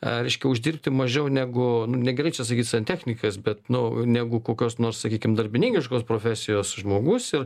reiškia uždirbti mažiau negu negerai čia sakyt santechnikas bet nu negu kokios nors sakykim darbininkiškos profesijos žmogus ir